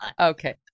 Okay